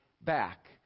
back